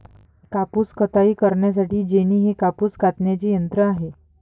कापूस कताई करण्यासाठी जेनी हे कापूस कातण्याचे यंत्र आहे